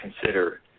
consider